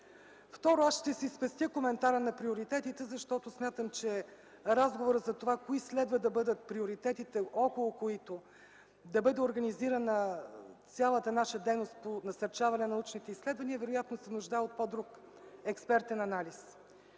Второ, аз ще ви спестя коментара за приоритетите, защото смятам, че разговорът за това кои следва да бъдат приоритетите, около които да бъде организирана цялата наша дейност по насърчаване научните изследвания, вероятно се нуждае от по-друг експертен анализ.